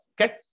Okay